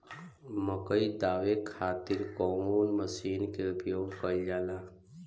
मकई दावे खातीर कउन मसीन के प्रयोग कईल जाला?